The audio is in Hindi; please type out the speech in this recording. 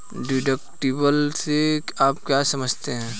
डिडक्टिबल से आप क्या समझते हैं?